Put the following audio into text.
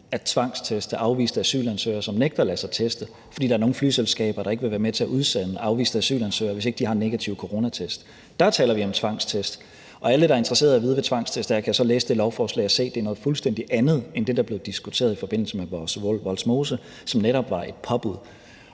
at tvangsteste afviste asylansøgere, som nægter at lade sig teste, fordi der er nogle flyselskaber, der ikke vil være med til at udsende afviste asylansøgere, hvis ikke de har en negativ coronatest. Dér taler vi om tvangstest. Og alle, der er interesseret i at vide, hvad tvangstest er, kan så læse det lovforslag og se, at det er noget fuldstændig andet end det, der blev diskuteret i forbindelse med Vollsmose, som netop var et påbud.